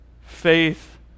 Faith